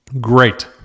Great